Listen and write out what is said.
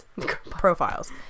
profiles